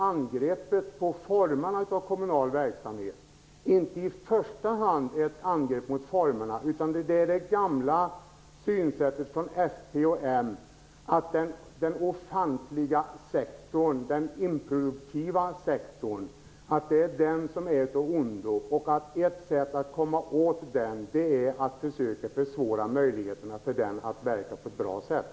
Angreppet på formerna av kommunal verksamhet är kanske inte i första hand ett angrepp på formerna utan det är ett uttryck för Moderaternas och Folkpartiets gamla synsätt, att den offentliga sektorn, den improduktiva sektorn, är av ondo. Ett sätt att komma åt denna verksamhet är att försvåra möjligheterna för den att verka på ett bra sätt.